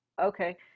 Okay